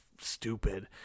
stupid